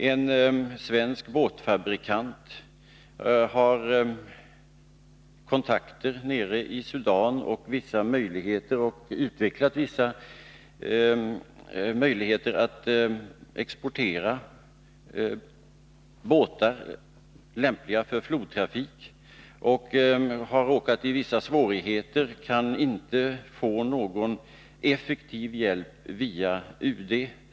En svensk båtfabrikant har kontakter nere i Sudan och har skapat vissa möjligheter att exportera båtar lämpliga för flodtrafik. Han har råkat i vissa svårigheter men kan strängt taget inte få någon hjälp via UD.